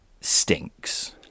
stinks